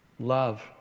Love